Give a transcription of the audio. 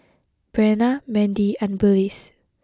Brenna Mendy and Willis